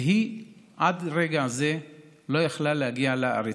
והיא עד רגע זה לא יכלה להגיע לארץ.